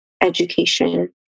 education